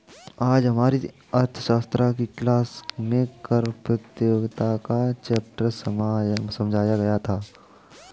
आज हमारी अर्थशास्त्र की क्लास में कर प्रतियोगिता का चैप्टर समझाया गया था